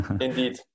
Indeed